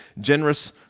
generous